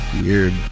Weird